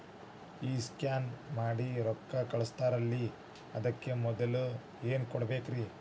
ಈ ಸ್ಕ್ಯಾನ್ ಮಾಡಿ ರೊಕ್ಕ ಕಳಸ್ತಾರಲ್ರಿ ಅದಕ್ಕೆ ಮೊದಲ ಏನ್ ಮಾಡ್ಬೇಕ್ರಿ?